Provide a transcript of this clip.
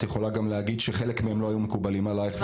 את יכולה גם להגיד שחלק מהם לא היו מקובלים עלייך.